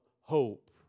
hope